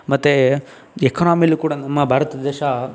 ಮತ್ತು ಎಕಾನೊಮಿಯಲ್ಲೂ ಕೂಡ ನಮ್ಮ ಭಾರತ ದೇಶ